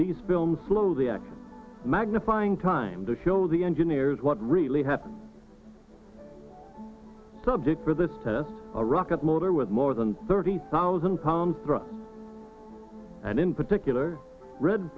these films slow the act magnifying time to show the engineers what really happened subject for this test a rocket motor with more than thirty thousand pounds and in particular